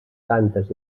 santes